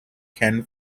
ken